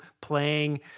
playing